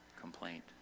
complaint